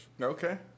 Okay